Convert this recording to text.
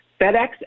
FedEx